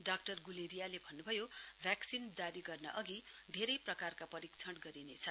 doctor गुलेरियाले भन्नुभयो vaccine जारी गर्न अधि धेरै प्रकारका परीक्षण गरिनेछ